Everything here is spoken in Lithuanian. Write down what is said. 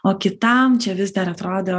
o kitam čia vis dar atrodo